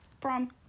Prom